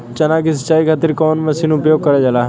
चना के सिंचाई खाती कवन मसीन उपयोग करल जाला?